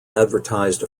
advertised